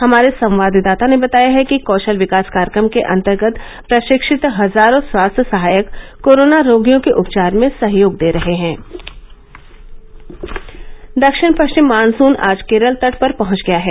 हमारे संवाददाता ने बताया है कि कौशल विकास कार्यक्रम के अंतर्गत प्रशिक्षित हजारों स्वास्थ्य सहायक कोरोना रोगियों के उपचार में सहयोग दे रहे मेहर दक्षिण पश्चिम मॉनसन आज केरल तट पर पहंच गया है